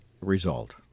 result